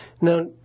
Now